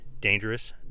dangerous